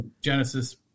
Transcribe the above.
Genesis